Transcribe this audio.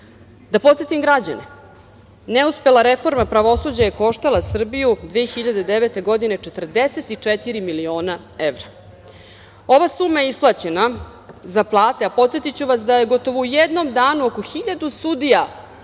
podsetim građane, neuspela reforma pravosuđa je koštala Srbiju 2009. godine 44 miliona evra. Ova suma je isplaćena za plate, a podsetiću vas da je gotovo u jednom danu oko 1000 sudija